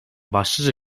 başlıca